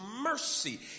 mercy